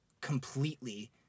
completely